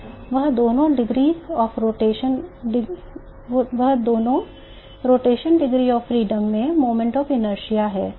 यहां दोनों degree rotation degrees of freedom में moments of inertia हैं